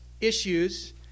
Issues